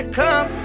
come